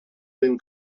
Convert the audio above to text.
been